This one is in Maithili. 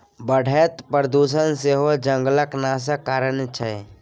बढ़ैत प्रदुषण सेहो जंगलक नाशक कारण छै